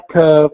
curve